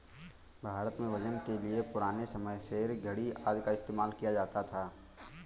भारत में वजन के लिए पुराने समय के सेर, धडी़ आदि का इस्तेमाल किया जाता था